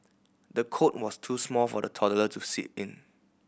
the cot was too small for the toddler to sleep in